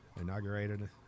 Inaugurated